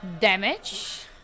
damage